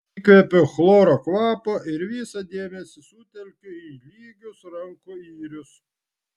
įkvepiu chloro kvapo ir visą dėmesį sutelkiu į lygius rankų yrius